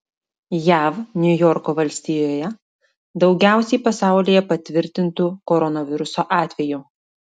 jav niujorko valstijoje daugiausiai pasaulyje patvirtintų koronaviruso atvejų